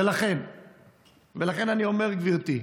ולכן אני אומר, גברתי,